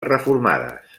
reformades